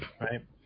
right